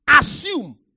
assume